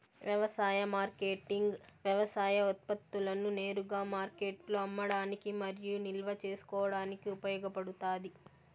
వ్యవసాయ మార్కెటింగ్ వ్యవసాయ ఉత్పత్తులను నేరుగా మార్కెట్లో అమ్మడానికి మరియు నిల్వ చేసుకోవడానికి ఉపయోగపడుతాది